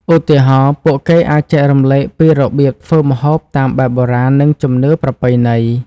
ឧទាហរណ៍ ពួកគេអាចចែករំលែកពីរបៀបធ្វើម្ហូបតាមបែបបុរាណនិងជំនឿប្រពៃណី។